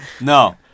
No